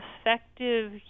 effective